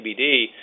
CBD